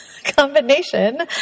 combination